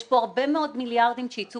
יש פה הרבה מאוד מיליארדים שייצאו